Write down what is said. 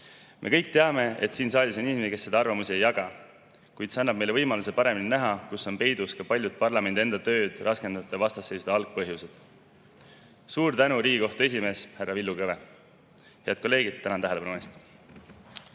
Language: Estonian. Me kõik teame, et siin saalis on inimesi, kes seda arvamust ei jaga. Kuid see annab meile võimaluse paremini näha, kus on peidus ka paljud parlamendi enda tööd raskendavate vastasseisude algpõhjused. Suur tänu, Riigikohtu esimees härra Villu Kõve! Head kolleegid, tänan tähelepanu eest!